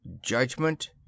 Judgment